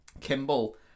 Kimball